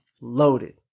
Loaded